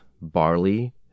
barley